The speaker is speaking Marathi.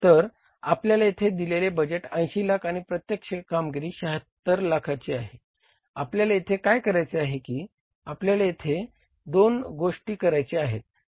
तर आपल्याला येथे दिलेली बजेट 80 लाख आणि प्रत्यक्ष कामगिरी 76 लाखाची आहे आपल्याला येथे काय करायचे आहे की आपल्याला यथे दोन गोष्टी करायच्या आहेत